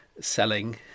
selling